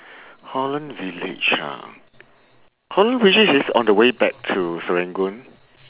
holland village ha holland village is on the way back to serangoon